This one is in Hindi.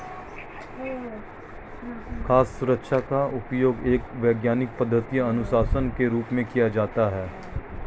खाद्य सुरक्षा का उपयोग एक वैज्ञानिक पद्धति अनुशासन के रूप में किया जाता है